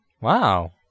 Wow